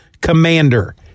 commander